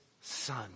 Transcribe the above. son